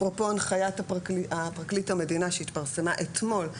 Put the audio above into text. אפרופו הנחיית פרקליט המדינה שהתפרסמה אתמול,